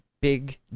big